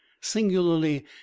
Singularly